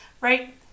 Right